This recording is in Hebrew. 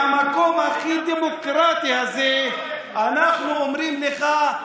ומהמקום הכי דמוקרטי הזה אנחנו אומרים לך: